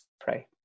pray